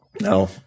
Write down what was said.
No